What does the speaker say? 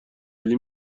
علی